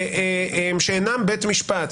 שאינם בית משפט,